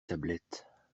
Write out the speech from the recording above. tablettes